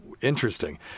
Interesting